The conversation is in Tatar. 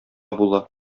була